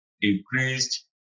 increased